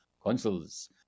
consoles